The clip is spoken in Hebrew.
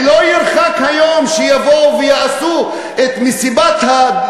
ולא ירחק היום שיעשו את מסיבת,